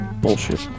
bullshit